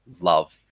love